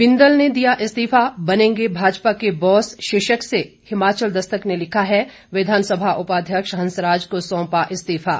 बिंदल ने दिया इस्तीफा बनेंगे भाजपा के बॉस शीर्षक से हिमाचल दस्तक ने लिखा है विधानसभा उपाध्यक्ष हंसराज को सौंपा इस्तीफा